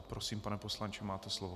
Prosím, pane poslanče, máte slovo.